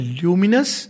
luminous